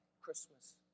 Christmas